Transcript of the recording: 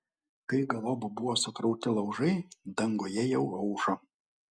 kai galop buvo sukrauti laužai danguje jau aušo